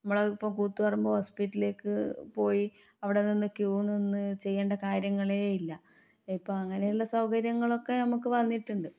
നമ്മളതിപ്പോൾ കൂത്തുപറമ്പ് ഹോസ്പിറ്റലിലേക്ക് പോയി അവിടെ നിന്ന് ക്യൂ നിന്ന് ചെയ്യേണ്ട കാര്യങ്ങളേ ഇല്ല ഇപ്പോൾ അങ്ങനെയുള്ള സൗകര്യങ്ങളൊക്കെ നമുക്ക് വന്നിട്ടുണ്ട്